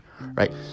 right